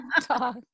talk